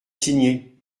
signer